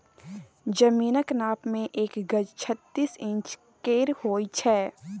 जमीनक नाप मे एक गज छत्तीस इंच केर होइ छै